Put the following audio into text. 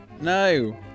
No